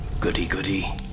Goody-goody